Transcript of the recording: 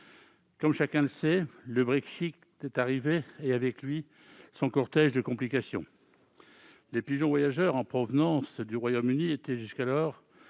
comme chacun sait, le Brexit est arrivé et avec lui son cortège de complications. Les pigeons voyageurs en provenance du Royaume-Uni bénéficiaient, jusqu'alors,